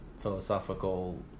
philosophical